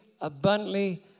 abundantly